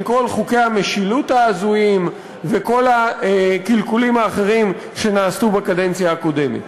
עם כל חוקי המשילות ההזויים וכל הקלקולים האחרים שנעשו בקדנציה הקודמת.